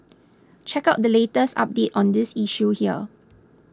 check out the latest update on this issue here